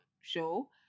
show